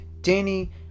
Danny